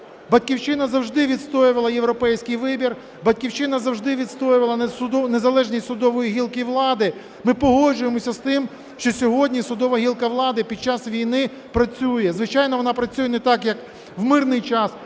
"Батьківщина" завжди відстоювала європейський вибір. "Батьківщина" завжди відстоювала незалежність судової гілки влади. Ми погоджуємося з тим, що сьогодні судова гілка влади під час війни працює. Звичайно, вона працює не так, як у мирний час,